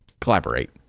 collaborate